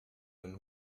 men